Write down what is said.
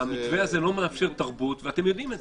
המתווה הזה לא מאפשר תרבות, ואתם יודעים את זה.